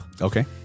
Okay